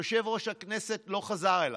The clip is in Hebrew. יושב-ראש הכנסת לא חזר אליו.